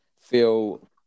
feel